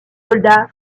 soldats